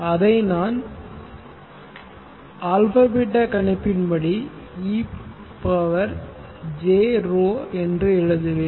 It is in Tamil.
அதை நான் j β கணிப்பின்படி e jρ என்று எழுதுவேன்